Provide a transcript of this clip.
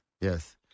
Yes